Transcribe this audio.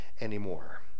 anymore